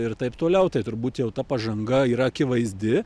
ir taip toliau tai turbūt jau ta pažanga yra akivaizdi